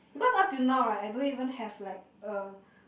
because up till now right I don't even have like a